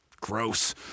gross